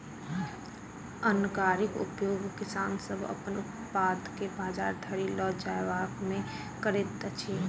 अन्न गाड़ीक उपयोग किसान सभ अपन उत्पाद के बजार धरि ल जायबामे करैत छथि